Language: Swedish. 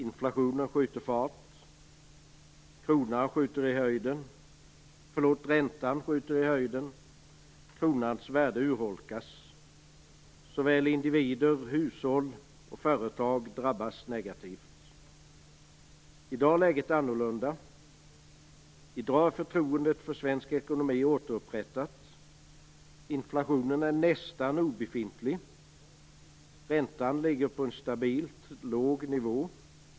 Inflationen skjuter fart. Räntan skjuter i höjden. Kronans värde urholkas. Såväl individer och hushåll som företag drabbas negativt. I dag är läget annorlunda. I dag är förtroendet för svensk ekonomi återupprättat. Inflationen är nästan obefintlig. Räntan ligger på en stabilt låg nivå.